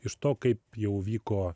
iš to kaip jau vyko